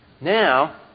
Now